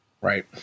Right